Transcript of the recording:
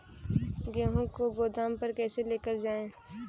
गेहूँ को गोदाम पर कैसे लेकर जाएँ?